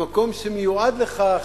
במקום שמיועד לכך.